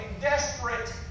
desperate